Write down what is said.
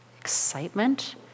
excitement